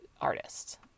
artists